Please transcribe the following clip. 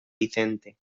vicente